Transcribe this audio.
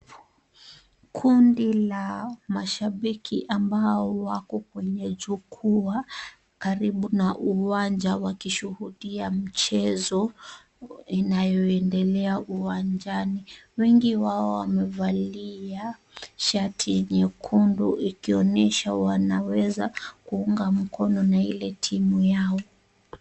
Kundi la mashabiki ambao wako kwenye jukwaa karibu na uwanja wakishuhudia mchezo inayoendelea uwanjani. Wengi wao wamevalia shati nyekundu ikionyesha wanaweza kuunga mkono na ile timu yao.